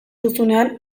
duzunean